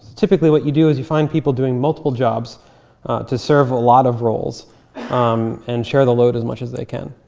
typically, what you do is you find people doing multiple jobs to serve a lot of roles um and share the load as much as they can.